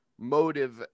motive